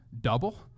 double